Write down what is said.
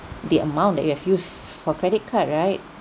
the amount that you have used for credit card right